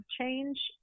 change